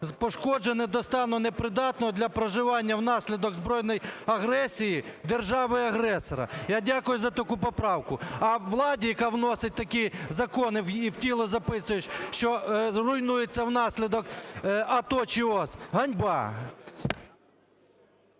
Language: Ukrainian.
пошкоджене до стану непридатного для проживання внаслідок збройної агресії держави-агресора. Я дякую за таку поправку. А владі, яка вносить такі закони і в тіло записує, що руйнується внаслідок АТО чи ООС, ганьба!